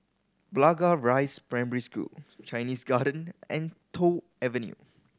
Blangah Rise Primary School Chinese Garden and Toh Avenue